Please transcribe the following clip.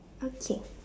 okay